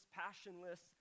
passionless